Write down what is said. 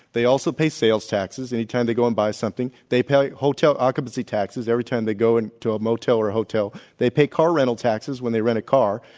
they also pay sales taxes any time they go and buy something. they pay hotel occupancy taxes every time they go and to a motel or a hotel. they pay car rental taxes when they rent a car.